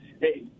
Hey